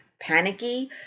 panicky